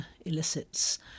elicits